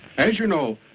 as you know,